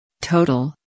Total